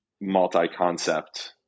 multi-concept